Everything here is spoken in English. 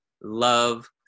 love